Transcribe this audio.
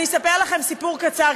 אני אספר לכם סיפור קצר,